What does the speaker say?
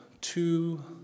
two